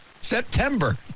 September